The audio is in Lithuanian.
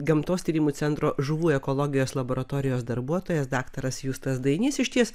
gamtos tyrimų centro žuvų ekologijos laboratorijos darbuotojas daktaras justas dainys išties